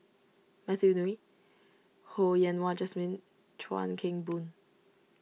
Matthew Ngui Ho Yen Wah Jesmine Chuan Keng Boon